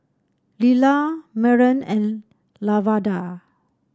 Lilah Maren and Lavada